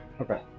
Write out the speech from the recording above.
Okay